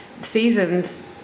seasons